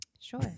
Sure